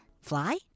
Fly